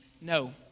No